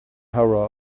horror